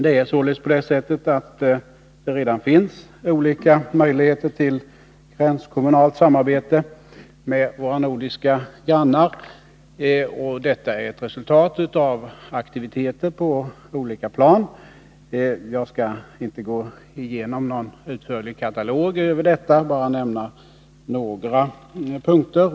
Det finns således redan olika möjligheter till gränskommunalt samarbete med våra nordiska grannar, och detta är ett resultat av aktiviteter på olika plan. Jag skall inte utförligt gå igenom någon katalog över detta utan bara nämna några punkter.